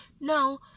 no